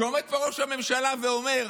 כשעומד פה ראש הממשלה ואומר: